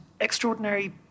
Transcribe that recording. extraordinary